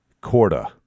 Corda